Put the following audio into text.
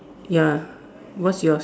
ya what's yours